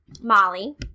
Molly